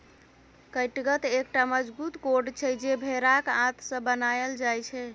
कैटगत एकटा मजगूत कोर्ड छै जे भेराक आंत सँ बनाएल जाइ छै